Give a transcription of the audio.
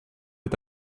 est